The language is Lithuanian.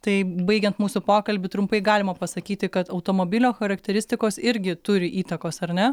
tai baigiant mūsų pokalbį trumpai galima pasakyti kad automobilio charakteristikos irgi turi įtakos ar ne